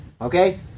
Okay